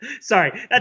Sorry